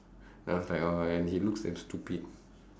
then I was like oh and he looks damn stupid